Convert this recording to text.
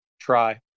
try